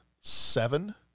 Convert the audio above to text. seven